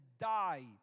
die